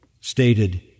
stated